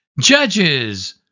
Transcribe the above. Judges